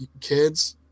kids